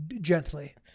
gently